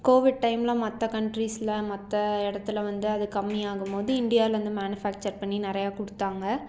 Covid டைம்மில் மற்ற கன்ட்ரிஸில் மற்ற இடத்துல வந்து அது கம்மி ஆகும்போது இண்டியாலேந்து மேனுஃபேக்சர் பண்ணி நிறைய கொடுத்தாங்க